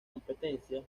competencias